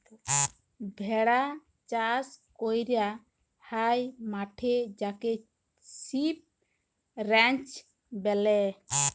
ভেড়া চাস ক্যরা হ্যয় মাঠে যাকে সিপ রাঞ্চ ব্যলে